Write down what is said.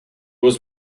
was